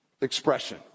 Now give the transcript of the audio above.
expression